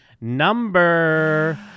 number